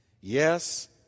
Yes